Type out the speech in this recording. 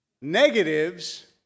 Negatives